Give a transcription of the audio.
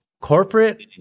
corporate